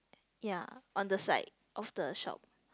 ya on the side of the shop